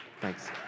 thanks